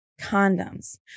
condoms